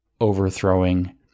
Overthrowing